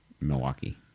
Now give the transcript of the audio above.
Milwaukee